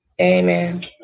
Amen